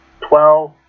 Twelve